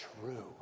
true